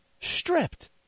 stripped